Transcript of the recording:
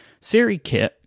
SiriKit